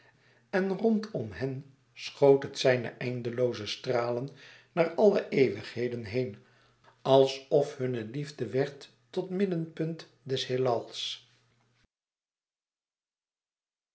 en rondom hen schoot het zijne eindelooze stralen naar alle eeuwigheden heen alsof hunne liefde werd tot middenpunt des heelals